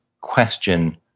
question